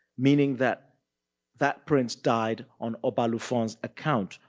meaning that that prince died on obalufon's account,